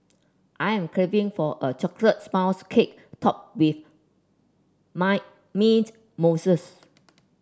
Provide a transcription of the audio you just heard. I am craving for a chocolate spouse cake topped with my mint mousses